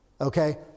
okay